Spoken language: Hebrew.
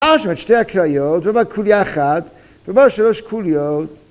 ‫אז שם את שתי הקראיות, ‫ובה קולי אחת, ובה שלוש קוליות.